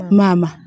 mama